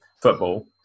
football